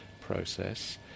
process